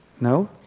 No